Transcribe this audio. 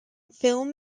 film